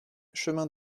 chemin